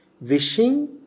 wishing